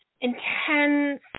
intense